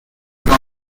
born